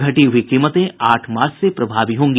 घटी हुई कीमतें आठ मार्च से प्रभावी होंगी